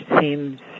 seems